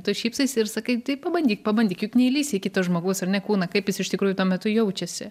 tu šypsaisi ir sakai tai pabandyk pabandyk juk neįlįsi į kito žmogaus ar ne kūną kaip jis iš tikrųjų tuo metu jaučiasi